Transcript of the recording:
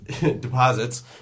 deposits